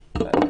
בבקשה.